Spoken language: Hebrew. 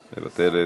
מוותרת,